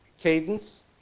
cadence